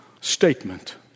statement